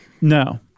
no